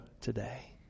today